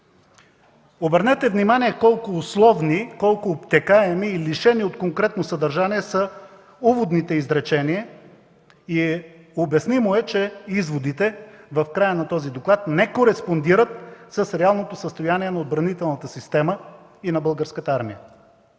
Обърнете внимание колко условни, оптекаеми и лишени от конкретно съдържание са уводните изречения. Обяснимо е, че изводите в края на този доклад не кореспондират с реалното състояние на отбранителната система и на Българската армия.